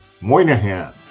Moynihan